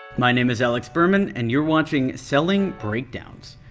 my name is alex berman, and you're watching selling breakdowns.